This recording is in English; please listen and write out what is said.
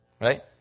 right